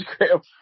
Instagram